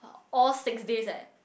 all six days eh